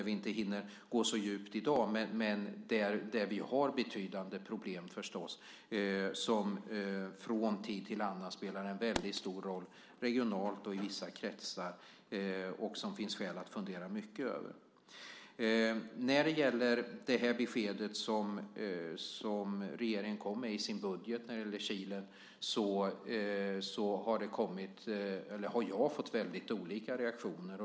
Vi hinner inte gå så djupt i dag, men vi har förstås betydande problem, som från tid till annan spelar en väldigt stor roll regionalt och i vissa kretsar. Det finns skäl att fundera mycket över det. När det gäller det besked om Kilen som regeringen kom med i sin budget har jag fått väldigt olika reaktioner.